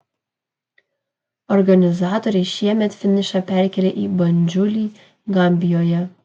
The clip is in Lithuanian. organizatoriai šiemet finišą perkėlė į bandžulį gambijoje